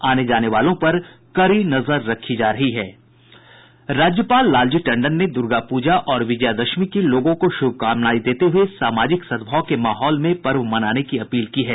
आने जाने वालों पर कड़ी नजर रखी जा रही है राज्यपाल लालजी टंडन ने दुर्गा पूजा और विजयादशमी की लोगों को शुभकामनाएं देते हुए सामाजिक सद्भाव के माहौल में पर्व मनाने की अपील की है